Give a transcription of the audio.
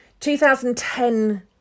2010